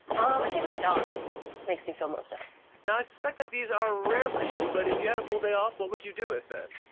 i think my dog makes me feel most at home. now, i suspect that these are rare for you. but, if you had a full day off, what would you do with it?